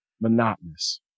monotonous